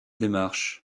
démarches